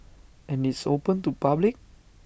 and it's open to public